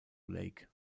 lake